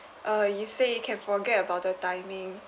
uh you said you can forget about the timing